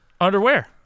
Underwear